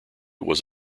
was